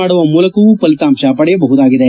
ಮಾಡುವ ಮೂಲಕವೂ ಫಲಿತಾಂಶ ಪಡೆಯಬಹುದಾಗಿದೆ